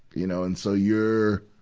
you know. and so, you're,